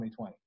2020